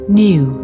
new